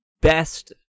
best